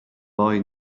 boy